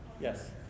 Yes